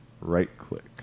Right-click